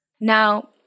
Now